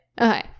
okay